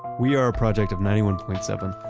we are a project of ninety one point seven,